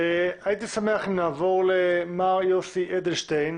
הייתי שמח אם נעבור למר' יוסי אדלשטיין,